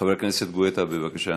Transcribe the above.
חבר הכנסת גואטה, בבקשה.